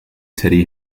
teddy